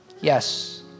Yes